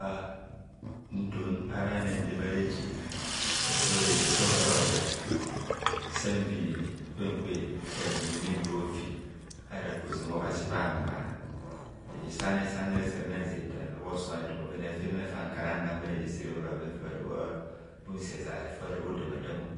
Reje san ton ara henendemen a'reje ora reje sa ohoroja san vine ne kwen kwen sa bhinmeme bha hofi ara hozam obhazi bha hama reje sani sani sanna nzentanor bhosumareton bhoven a'fenana fan kara nnan bharejezere ora bhoven fara bhunse ezare fara bhodam adamo